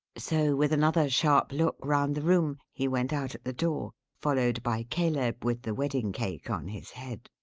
so, with another sharp look round the room, he went out at the door followed by caleb with the wedding-cake on his head.